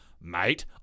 mate